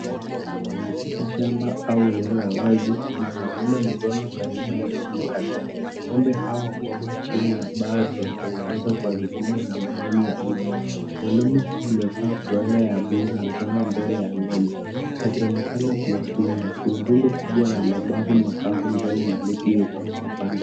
Katika shamba au eneo la wazi, kuna mwanaume amesimama karibu na ng'ombe kadhaa. Ng'ombe hao wamesimama chini ya banda liliotengenezwa kwa vigugu na majani ya miti. Mwanaume huyu amevaa fulana ya bluu na amesimama mbele ya ng'ombe akionekana kuwatunza. Kuna rundo kubwa la mabavu makavu mbele na miti iliyopangwa kwa pande.